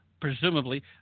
Presumably